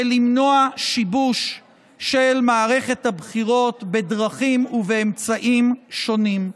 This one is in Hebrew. ולמנוע שיבוש של מערכת הבחירות בדרכים ובאמצעים שונים.